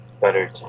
better